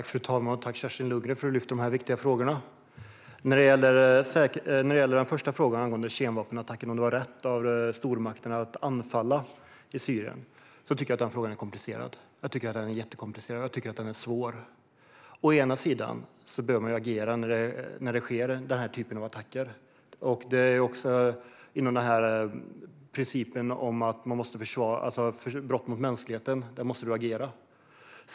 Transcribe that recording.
Fru talman! Jag tackar Kerstin Lundgren för att hon lyfter upp dessa viktiga frågor. Angående kemvapenattacken: Var det rätt av stormakterna att anfalla Syrien? Jag tycker att det är en svår och komplicerad fråga. Å ena sidan behöver man agera när det sker sådana här attacker eftersom de utgör brott mot mänskligheten.